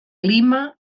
lima